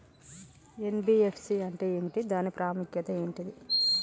NBFC అంటే ఏమిటి దాని ప్రాముఖ్యత ఏంటిది?